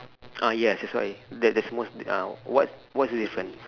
ah yes that's why that that's most uh what what's the difference